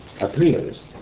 appears